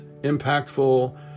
impactful